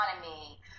economy